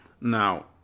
Now